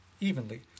evenly